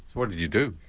what did you do?